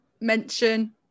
mention